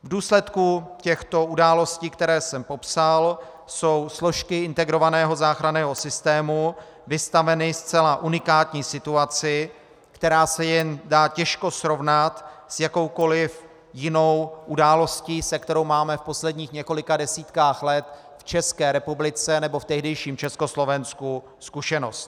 V důsledku těchto událostí, které jsem popsal, jsou složky integrovaného záchranného systému vystaveny zcela unikátní situaci, která se dá jen těžko srovnat s jakoukoliv jinou událostí, se kterou máme v posledních několika desítkách let v České republice nebo v tehdejším Československu zkušenost.